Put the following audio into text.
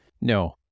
No